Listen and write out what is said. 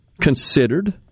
considered